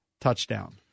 touchdown